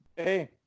Hey